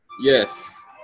Yes